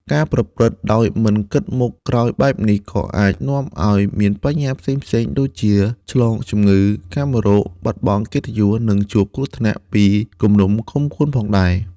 ការប្រព្រឹត្តដោយមិនគិតមុខក្រោយបែបនេះ ក៏អាចនាំឲ្យមានបញ្ហាផ្សេងៗដូចជា ឆ្លងជំងឺកាមរោគ បាត់បង់កិត្តិយស និងជួបគ្រោះថ្នាក់ពីគំនុំគុំកួនផងដែរ។